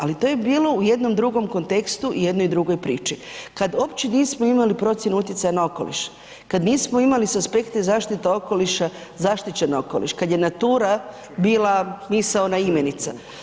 Ali to je bilo u jednom drugom kontekstu i jednoj drugoj priči kad uopće nismo imali procjenu utjecaja na okoliš, kad nismo imali s aspekta zaštite okoliša zaštićen okoliš, kad je natura bila misaona imenica.